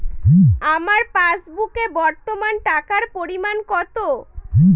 আমার পাসবুকে বর্তমান টাকার পরিমাণ কত?